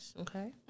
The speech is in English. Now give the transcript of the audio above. okay